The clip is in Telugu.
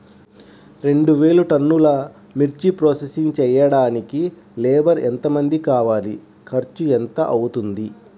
రెండు వేలు టన్నుల మిర్చి ప్రోసెసింగ్ చేయడానికి లేబర్ ఎంతమంది కావాలి, ఖర్చు ఎంత అవుతుంది?